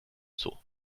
zoo